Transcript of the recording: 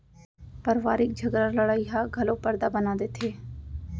परवारिक झगरा लड़ई ह घलौ परदा बना देथे